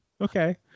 okay